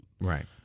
Right